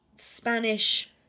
Spanish